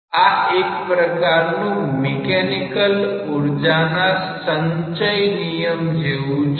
આ એક પ્રકારનું મિકેનિકલ ઉર્જા ના સંચય નિયમ જેવું છે